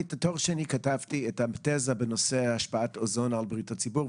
את התזה בתואר השני שלי כתבתי בנושא השפעת האוזון על בריאות הציבור.